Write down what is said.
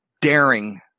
daring